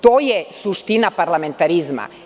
To je suština parlamentarizma.